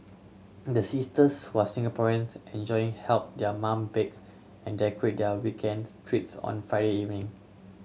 the sisters who are Singaporeans enjoying help their mum bake and decorate their weekends treats on Friday evening